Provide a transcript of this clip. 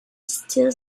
steals